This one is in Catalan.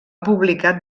publicat